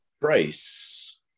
price